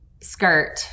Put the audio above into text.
skirt